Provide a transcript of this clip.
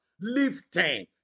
lifting